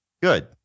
Good